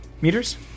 meters